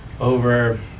over